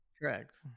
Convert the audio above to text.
Correct